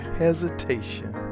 hesitation